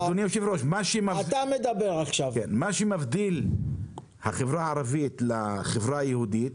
מה שמבדיל את החברה הערבית מהחברה היהודית